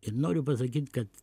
ir noriu pasakyt kad